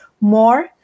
more